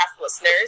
listeners